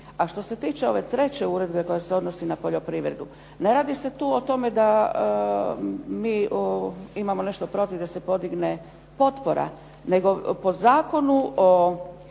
A što se tiče ove treće uredbe koja se odnosi na poljoprivredu ne radi se tu da mi imamo nešto protiv da se podigne potpora, nego po Zakonu o